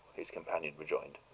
his companion rejoined.